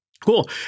Cool